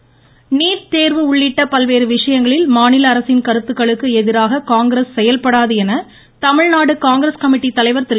அழகிரி NEET தேர்வு உள்ளிட்ட பல்வேறு விஷயங்களில் மாநில அரசின் கருத்துக்களுக்கு எதிராக காங்கிரஸ் செயல்படாது என தமிழ்நாடு காங்கிரஸ் கமிட்டி தலைவர் திரு